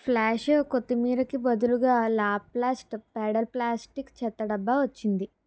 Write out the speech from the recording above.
ఫ్లాషో కొత్తిమీరకి బదులుగా లాప్లాస్ట్ పెడల్ ప్లాస్టిక్ చెత్తడబ్బా వచ్చింది